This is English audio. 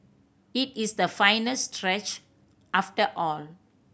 it is the final stretch after all